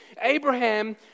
Abraham